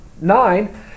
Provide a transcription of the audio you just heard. nine